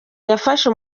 yafashe